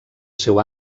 seu